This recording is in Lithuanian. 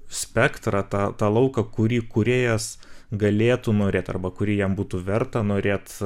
spektrą tą tą lauką kurį kūrėjas galėtų norėt arba kurį jam būtų verta norėt